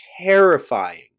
terrifying